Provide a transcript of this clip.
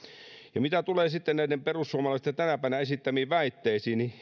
mitä tulee sitten perussuomalaisten tänä päivänä esittämiin väitteisiin niin